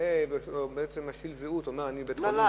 שמזדהה או בעצם שואל זהות ואומר: אני בית-חולים.